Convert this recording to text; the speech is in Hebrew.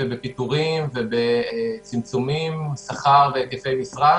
בפיטורים ובצמצומים בשכר ובהיקפי משרה,